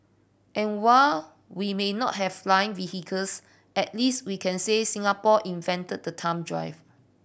and while we may not have flying at least we can say Singapore invented the thumb drive